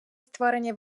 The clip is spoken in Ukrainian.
створені